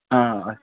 آ آسہِ